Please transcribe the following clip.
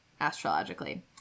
astrologically